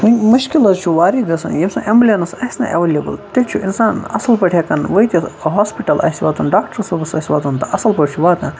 مُشکِل حظ چھُ واریاہ گَژھان ییٚمہِ ساتہٕ ایمبلینس آسہِ نہٕ ایویلیبل تیلہِ چھُ اںسان ہیکان اصٕل پٲٹھۍ ہیکان وٲتِتھ ہوسپِٹَل آسہِ واتُن ڈاکٹَرَس آسہِ واتُن تہٕ اَصٕلۍ پٲٹھۍ چھِ واتان